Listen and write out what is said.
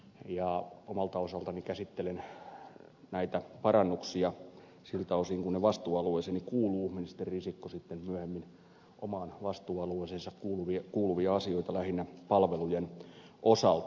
omalta osaltani käsittelen näitä parannuksia siltä osin kuin ne vastuualueeseeni kuuluvat ministeri risikko sitten myöhemmin omaan vastuualueeseensa kuuluvia asioita lähinnä palvelujen osalta